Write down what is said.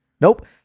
Nope